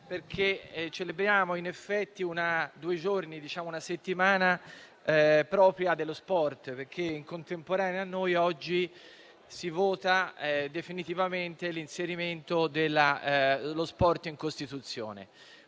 Celebriamo, in effetti, una settimana vera e propria dello sport, perché, in contemporanea, oggi si vota definitivamente l'inserimento dello sport in Costituzione.